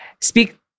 speak